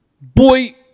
boy